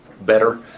better